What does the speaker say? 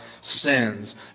sins